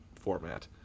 format